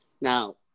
now